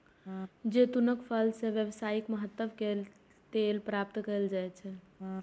जैतूनक फल सं व्यावसायिक महत्व के तेल प्राप्त कैल जाइ छै